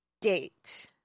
date